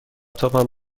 تاپم